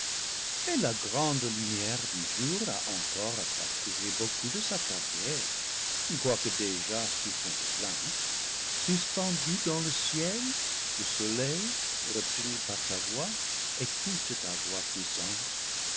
et la grande lumière du jour a encore à parcourir beaucoup de sa carrière quoique déjà sur son déclin suspendu dans le ciel le soleil retenu par ta voix écoute ta voix